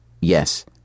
Yes